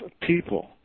people